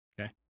Okay